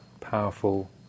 powerful